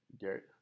Garrett